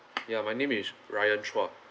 yeah my name is bryan chua